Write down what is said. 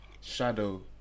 shadow